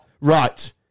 right